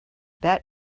that